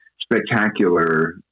spectacular